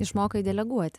išmokai deleguoti